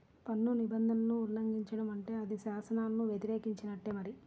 పన్ను నిబంధనలను ఉల్లంఘించడం అంటే అది శాసనాలను వ్యతిరేకించినట్టే మరి